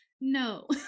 no